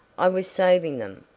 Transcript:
i was saving them.